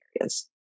areas